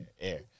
air